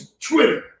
Twitter